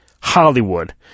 Hollywood